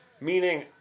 meaning